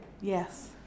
Yes